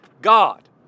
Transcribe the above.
God